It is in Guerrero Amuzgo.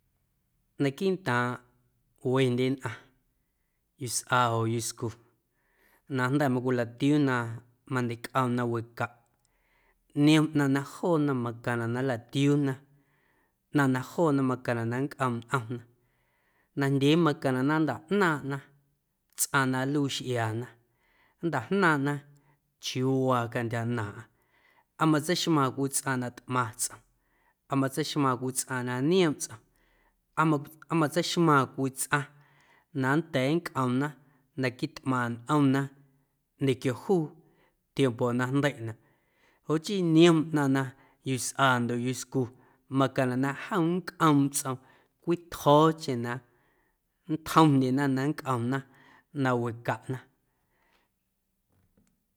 Naquiiꞌntaaⁿꞌ wendye nnꞌaⁿ yusꞌa oo yuscu na jnda̱ macwilatiuu na ñecꞌom na wecaꞌ niom ꞌnaⁿ na joona macaⁿnaꞌ na nlatiuuna ꞌnaⁿ na joona macaⁿnaꞌ na nncꞌoomꞌ nꞌomna najndyee macaⁿnaꞌ na nntaꞌnaaⁿꞌna tsꞌaⁿ na nluii xꞌiaana nntajnaaⁿꞌna chiuuwaa cantyja ꞌnaaⁿꞌaⁿ aa matseixmaaⁿ cwii tsꞌaⁿ na tꞌmaⁿ tsꞌom aa matseixmaaⁿ cwii tsꞌaⁿ na nioomꞌ tsꞌom aa ma matseixmaaⁿ wii tsꞌaⁿ na nnda̱a̱ nncꞌomna na quitꞌmaⁿ nꞌomna ñequio juu tiempo na jndeiꞌnaꞌ joꞌ chii niom ꞌnaⁿ na yusꞌa ndoꞌ yuscu macaⁿnaꞌ na jom nncꞌoomꞌ tsꞌoom cwitjo̱o̱cheⁿ na nntjomndyena na nncꞌomna na wecaꞌna.